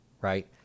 right